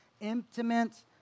intimate